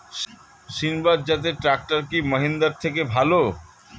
সিণবাদ জাতের ট্রাকটার কি মহিন্দ্রার থেকে ভালো?